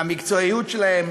המקצועיות שלהם,